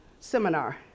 seminar